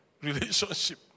relationship